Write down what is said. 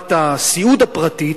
מחברת הסיעוד הפרטית,